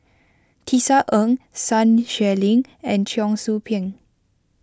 Tisa Ng Sun Xueling and Cheong Soo Pieng